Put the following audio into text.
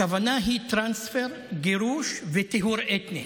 הכוונה היא טרנספר, גירוש וטיהור אתני.